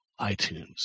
iTunes